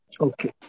Okay